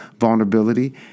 vulnerability